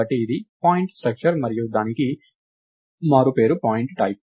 కాబట్టి ఇది type point structure మరియు దానికి మారుపేరు పాయింట్ టైప్